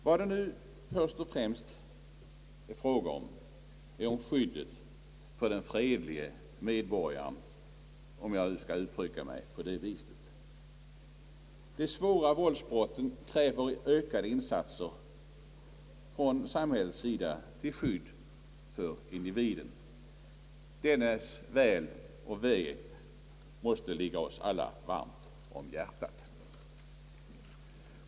Vad det nu först och främst är fråga om är skyddet för den fredlige medborgaren, om jag skall uttrycka mig på det viset. De svåra våldsbrotten kräver ökade insatser från samhällets sida till skydd för individen. Dennes väl och ve måste ligga oss alla varmt om hjärtat.